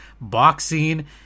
boxing